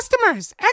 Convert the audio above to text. customers